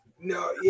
No